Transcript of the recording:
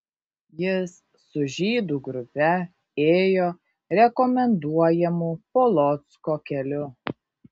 jis su žydų grupe ėjo rekomenduojamu polocko keliu